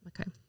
Okay